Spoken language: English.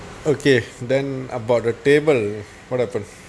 okay then about the table what happen